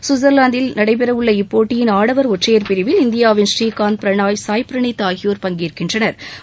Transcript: சுவிட்சா்லாந்தின் பேசிலில் நடைபெறவுள்ள இப்போட்டியின் ஆடவா் ஒற்றையா் பிரிவில் இந்தியாவின் ஸ்ரீகாந்த் பிரனாய் சாய் பிரனீத் ஆகியோா் பங்கேற்கின்றனா்